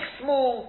small